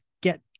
get